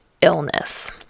Illness